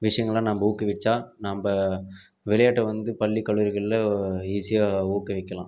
விஷயங்களெலாம் நம்ப ஊக்குவிச்சால் நம்ப விளையாட்டை வந்து பள்ளி கல்லூரிகளில் ஈஸியாக ஊக்குவிக்கலாம்